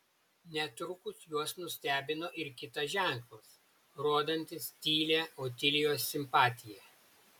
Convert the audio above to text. netrukus juos nustebino ir kitas ženklas rodantis tylią otilijos simpatiją